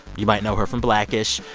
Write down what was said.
you might know her from black-ish.